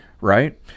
Right